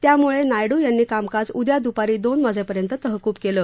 त्यामुळे नायडू यांनी कामकाज उद्या दुपारी दोन वाजेपर्यंत तहकूब केलं